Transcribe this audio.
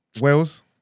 Wales